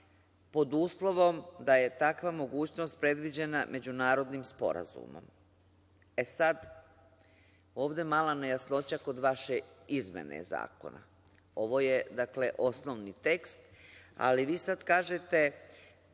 pod uslovom da je takva mogućnost predviđena međunarodnim sporazumom. Ovde je mala nejasnoća kod vaše izmene zakona. Ovo je, dakle, osnovni tekst, ali vi sada kažete